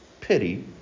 pity